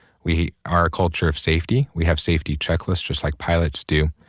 we are a culture of safety. we have safety checklist just like pilots do.